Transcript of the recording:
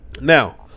Now